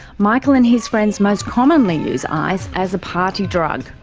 michael and his friends most commonly use ice as a party drug.